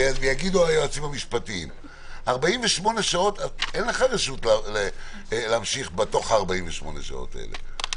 48 שעות התראה זה לא אומר שיש להם רשות להמשיך בתוך 48 השעות האלה.